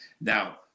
now